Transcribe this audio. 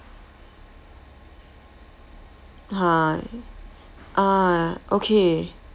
!huh! ah okay